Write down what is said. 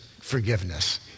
forgiveness